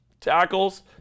Tackles